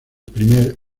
primer